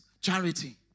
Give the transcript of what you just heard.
charity